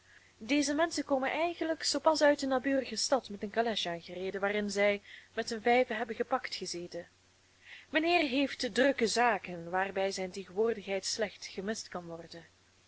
deze menschen komen eigenlijk zoo pas uit een naburige stad met een calèche aangereden waarin zij met hun vijven hebben gepakt gezeten mijnheer heeft drukke zaken waarbij zijn tegenwoordigheid slecht gemist kan worden